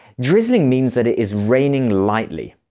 drizzling means that it is raining lightly.